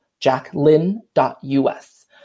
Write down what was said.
jacklyn.us